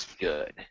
good